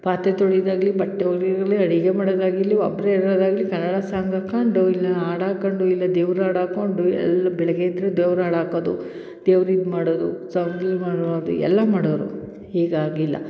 ಪಾತ್ರೆ ತೊಳೆಯುದಾಗ್ಲಿ ಬಟ್ಟೆ ಅಡುಗೆ ಮಾಡೊದಾಗಿರಲಿ ಒಬ್ಬರೇ ಇರೊದಾಗಿರಲಿ ಕನ್ನಡ ಸಾಂಗ್ ಹಾಕೊಂಡು ಇಲ್ಲ ಹಾಡ್ ಹಾಕೊಂಡು ಇಲ್ಲ ದೇವರ ಹಾಡ್ ಹಾಕೊಂಡು ಎಲ್ಲ ಬೆಳಿಗ್ಗೆ ಎದ್ದರೆ ದೇವ್ರ ಹಾಡ್ ಹಾಕೋದು ದೇವ್ರ ಇದು ಮಾಡೋದು ಮಾಡೋದು ಎಲ್ಲ ಮಾಡೋರು ಈಗ ಹಾಗಿಲ್ಲ